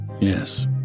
yes